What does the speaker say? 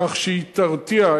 כך שהיא תרתיע.